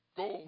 go